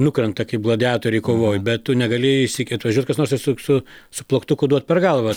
nukrenta kaip gladiatoriai kovoj bet tu negali išsykį atvažiuot kas nors ir su su su plaktuku duot per galvą